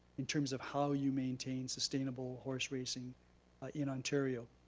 in terms of how you maintain sustainable horse racing in ontario.